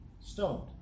stoned